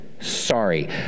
Sorry